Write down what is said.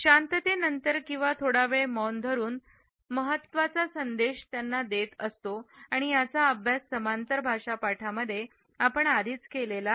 शांततेनंतर किंवा थोडा वेळ मौन धरून महत्व महत्वाचा संदेश त्यांना देत असतो आणि याचा अभ्यास समांतर भाषा पाठांमध्ये आपण आधीच केलेला आहे